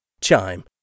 Chime